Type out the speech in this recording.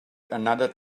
another